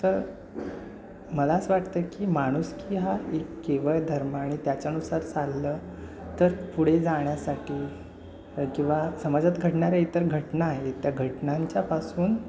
तर मला असं वाटतं की माणुसकी हा एक केवळ धर्म आणि त्याच्यानुसार चाललं तर पुढे जाण्यासाठी किंवा समाजात घडणाऱ्या इतर घटना आहे त्या घटनांच्यापासून